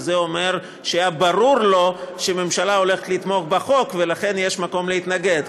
כי זה אומר שהיה לו ברור שהממשלה הולכת לתמוך בחוק ולכן יש מקום להתנגד,